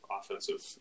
offensive